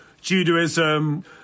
Judaism